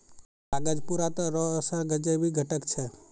कागज पूरा तरहो से जैविक घटक छै